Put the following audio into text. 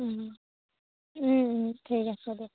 ঠিক আছে দিয়ক